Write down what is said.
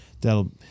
that'll